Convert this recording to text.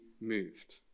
moved